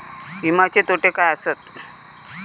विमाचे तोटे काय आसत?